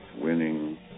winning